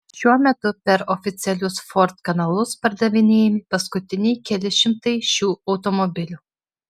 šiuo metu per oficialius ford kanalus pardavinėjami paskutiniai keli šimtai šių automobilių